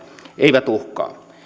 eivät uhkaa